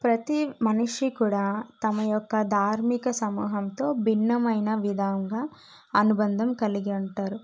ప్రతి మనిషి కూడా తమ యొక్క ధార్మిక సమూహంతో భిన్నమైన విధంగా అనుబంధం కలిగి ఉంటారు